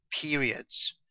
periods